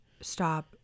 Stop